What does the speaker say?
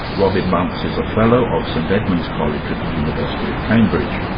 robin bunce is a fellow of st edmund's college at the university of cambridge.